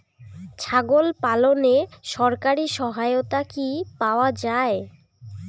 ছাগল পালনে সরকারি সহায়তা কি পাওয়া যায়?